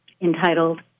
entitled